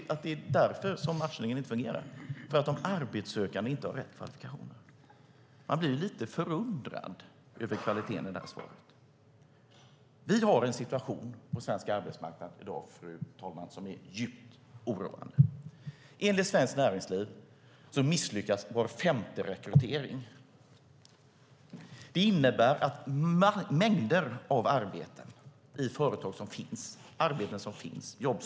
Kan det vara så att matchningen inte fungerar för att de arbetssökande inte har rätt kvalifikationer? Jag blir lite förundrad över kvaliteten på svaret. Vi har en situation på svensk arbetsmarknad, fru talman, som är djupt oroande. Enligt Svenskt Näringsliv misslyckas var femte rekrytering. Det innebär att mängder av arbeten som finns inte blir tillsatta.